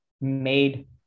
made